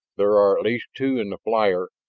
there are at least two in the flyer,